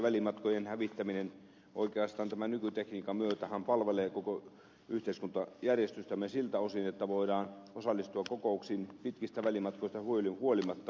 välimatkojen hävittäminenhän oikeastaan tämän nykytekniikan myötä palvelee koko yhteiskuntajärjestystämme siltä osin että voidaan osallistua kokouksiin pitkistä välimatkoista huolimatta